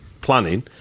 planning